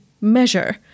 measure